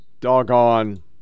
doggone